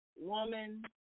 woman